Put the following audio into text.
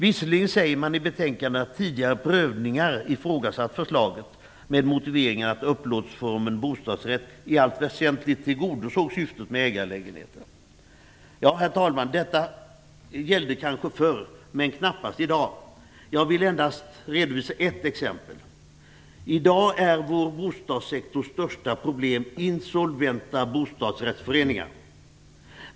I betänkandet sägs det att man vid tidigare prövningar har ifrågasatt förslaget. Motiveringen har varit att man ansåg att upplåtelseformen bostadsrätt i allt väsentligt tillgodosåg syftet med ägarlägenheter. Herr talman! Detta gällde kanske förr men knappast i dag. Jag vill endast redovisa ett exempel. I dag är det största problemet på bostadssektorn att det finns insolventa bostadsrättsföreningar.